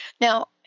Now